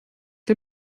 der